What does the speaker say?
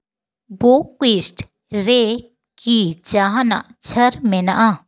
book ᱚᱭᱤᱥᱴ ᱨᱮ ᱠᱤ ᱡᱟᱦᱟᱱᱟᱜ ᱪᱷᱟᱲ ᱢᱮᱱᱟᱜᱼᱟ